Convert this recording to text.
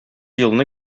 елны